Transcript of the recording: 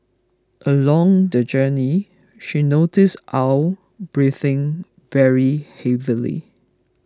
along the journey she noticed Aw breathing very heavily